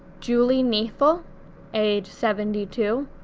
julie kneifl age seventy two,